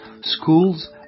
schools